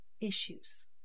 issues